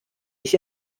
ich